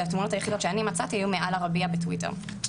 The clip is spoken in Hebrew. והתמונות היחידות שאני מצאתי היו מ"על ערבייה" בטוייטר.